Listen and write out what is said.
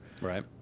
right